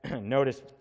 notice